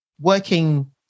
working